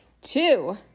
two